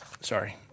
Sorry